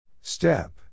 Step